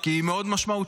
כי היא מאוד משמעותית.